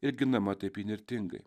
ir ginama taip įnirtingai